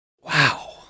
Wow